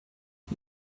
she